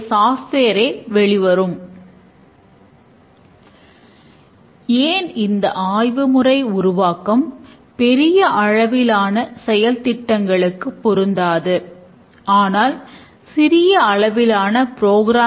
நாம் function oriented முறையில் துல்லியமான தொகுப்பான செயல்பாடுகளாகப் பிரிக்கிறோம்